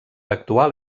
actual